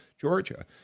Georgia